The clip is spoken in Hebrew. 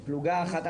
פלוגה אחת,